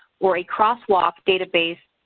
or a crosswalk database,